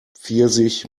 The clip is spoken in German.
pfirsich